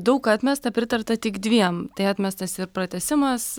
daug atmesta pritarta tik dviem tai atmestas ir pratęsimas